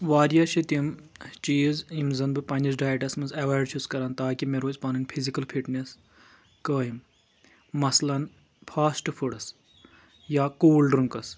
واریاہ چھِ تِم چیٖز یِم زَن بہٕ پننِس ڈایٹس منٛز ایٚوایِڈ چھُس کران تاکہِ مےٚ روزِ پَنٕنۍ فِزِکل فِٹنؠس قٲیِم مَثلن فاسٹ فُڈس یا کولڈ ڈرٛنٛکٕس